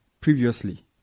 previously